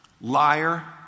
Liar